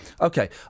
okay